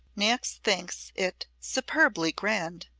niecks thinks it superbly grand,